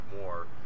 more